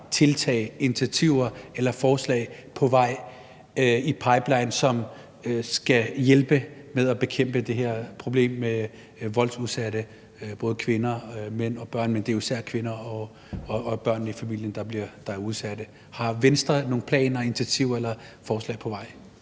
tiltag, initiativer eller forslag på vej i pipelinen, som skal hjælpe med at bekæmpe det her problem med voldsudsatte både kvinder, mænd og børn, men det er jo især kvinder og børnene i familien, der er udsatte? Har Venstre nogen planer, initiativer eller forslag på vej?